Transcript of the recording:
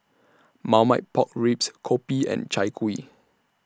Marmite Pork Ribs Kopi and Chai Kuih